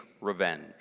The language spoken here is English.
revenge